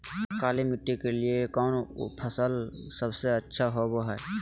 काली मिट्टी के लिए कौन फसल सब से अच्छा होबो हाय?